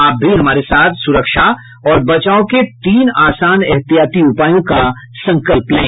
आप भी हमारे साथ सुरक्षा और बचाव के तीन आसान एहतियाती उपायों का संकल्प लें